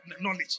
knowledge